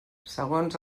segons